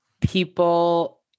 people